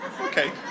Okay